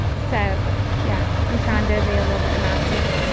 so yeah, i'm trying to be a little bit nicer.